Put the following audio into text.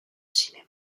cinéma